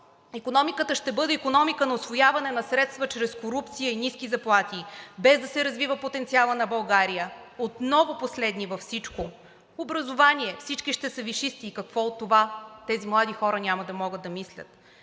Икономиката ще бъде икономика на усвояване на средства чрез корупция и ниски заплати, без да се развива потенциалът на България, отново последни във всичко! Образование. Всички ще са висшисти и какво от това? Тези млади хора няма да могат да мислят.